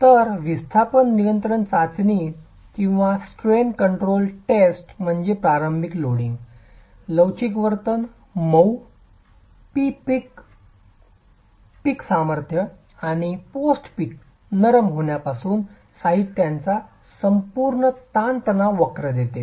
तर विस्थापन नियंत्रण चाचणी किंवा स्ट्रेन कंट्रोल टेस्ट म्हणजे प्रारंभिक लोडिंग लवचिक वर्तन मऊ प्री पीक पीक सामर्थ्य आणि पोस्ट पीक नरम होण्यापासून साहित्याचा संपूर्ण ताण तणाव वक्र देते